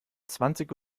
zwanzig